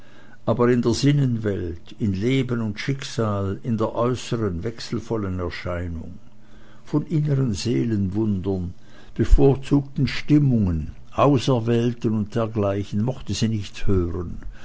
aber in der sinnenwelt in leben und schicksal in der äußern wechselvollen erscheinung von innern seelenwundern bevorzugten stimmungen auserwählten und dergleichen mochte sie nichts hören